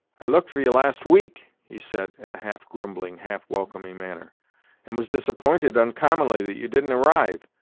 i looked for you last week, he said, in a half-grumbling, half-welcoming manner and was disappointed uncommonly that you didn't arrive.